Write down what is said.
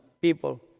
people